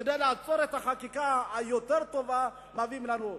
כדי לעצור את החקיקה הטובה מביאים לנו,